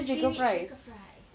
seaweed shaker fries